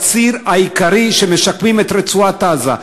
הציר העיקרי שמשקמים בו את רצועת-עזה.